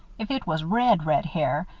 if it was red red hair,